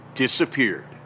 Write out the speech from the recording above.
disappeared